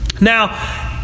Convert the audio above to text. Now